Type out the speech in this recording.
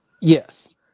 Yes